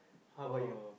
how about you